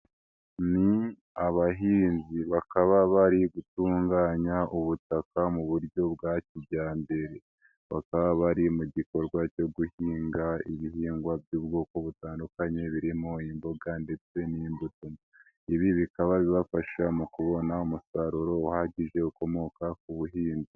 Ni abahinzi bakaba bari gutunganya ubutaka mu buryo bwa kijyambere. Bakaba bari mu gikorwa cyo guhinga ibihingwa by'ubwoko butandukanye, birimo imboga ndetse n'imbuto. Ibi bikaba bibafasha mu kubona umusaruro uhagije ukomoka ku buhinzi.